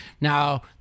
Now